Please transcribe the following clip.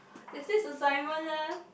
is this assignment eh